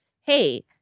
hey